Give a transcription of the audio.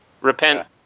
repent